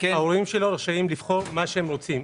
ההורים שלו רשאים לבחור מה שהם רוצים,